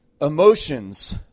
emotions